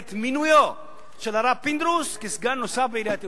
את מינויו של הרב פינדרוס כסגן נוסף בעיריית ירושלים.